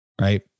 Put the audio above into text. Right